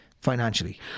financially